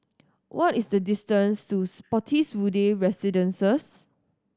what is the distance to Spottiswoode Residences